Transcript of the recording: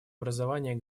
образования